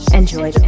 enjoy